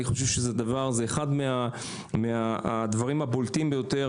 אני חושב שזה אחד מהדברים הבולטים ביותר